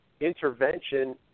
intervention